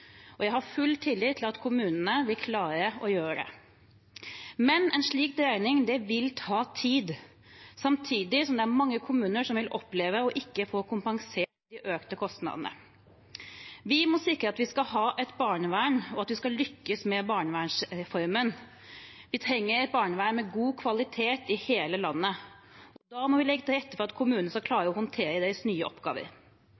Jeg har full tillit til at kommunene vil klare å gjøre det. Men en slik dreining vil ta tid, samtidig som det er mange kommuner som vil oppleve ikke å få kompensert de økte kostnadene. Vi må sikre at vi har et barnevern, og at vi lykkes med barnevernsreformen. Vi trenger et barnevern med god kvalitet i hele landet. Da må vi legge til rette for at kommunene skal